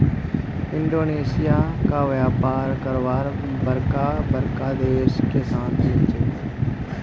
Indonesia क व्यापार करवार बरका बरका देश से साथ मिल छे